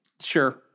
sure